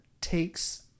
takes